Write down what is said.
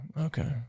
okay